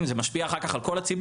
ציין זה משפיע אחר כך על כל הציבור,